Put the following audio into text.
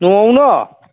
न'आवनो